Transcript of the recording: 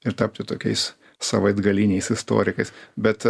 ir tapti tokiais savaitgaliniais istorikais bet